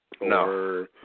No